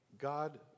God